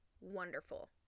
wonderful